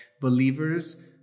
believers